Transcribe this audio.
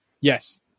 Yes